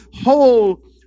whole